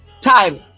time